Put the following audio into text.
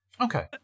Okay